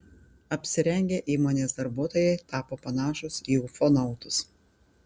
apsirengę įmonės darbuotojai tapo panašūs į ufonautus